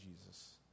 Jesus